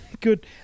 good